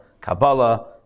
Kabbalah